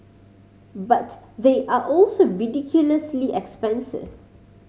but they are also ridiculously expensive